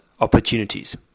opportunities